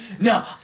No